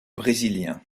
brésilien